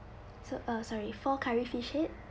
so uh sorry for curry fish head